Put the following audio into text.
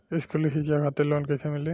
स्कूली शिक्षा खातिर लोन कैसे मिली?